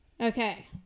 Okay